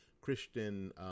Christian